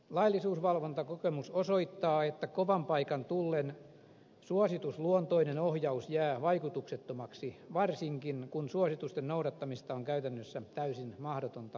laillisuusvalvontakokemus osoittaa että kovan paikan tullen suositusluontoinen ohjaus jää vaikutuksettomaksi varsinkin kun suositusten noudattamista on käytännössä täysin mahdotonta valvoa